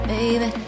Baby